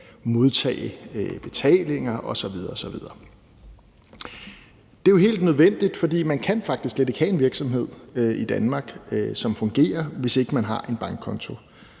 modtage betalinger osv. osv. Det er jo helt nødvendigt, for man kan faktisk slet ikke have en virksomhed i Danmark, som fungerer, hvis ikke man har en bankkonto.